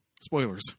Spoilers